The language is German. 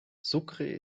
sucre